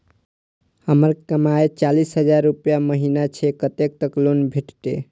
हमर कमाय चालीस हजार रूपया महिना छै कतैक तक लोन भेटते?